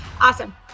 awesome